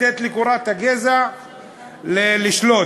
לתת לתורת הגזע לשלוט.